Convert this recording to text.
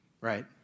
right